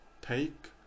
take